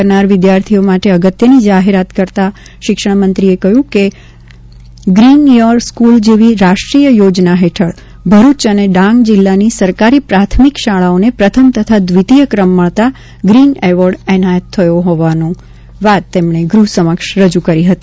કરનાર વિદ્યાર્થીઓ માટે અગત્યની જાહેરાત કરતા શિક્ષણમંત્રી શ્રી ચુડાસમાએ કહ્યું હતું કે ગ્રીન યોર સ્કુલ જેવી રાષ્ટ્રીય યોજના હેઠળ ભરૂચ અને ડાંગ જિલ્લાની સરકારી પ્રાથમિક શાળાઓને પ્રથમ તથા દ્વિતીય ક્રમ મળતા ગ્રીન એવોર્ડ એનાયત થયો હોવાની વાત પણ તેમણે ગૃહ સમક્ષ રજુ કરી હતી